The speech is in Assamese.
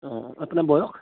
অঁ আপোনাৰ বয়স